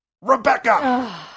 Rebecca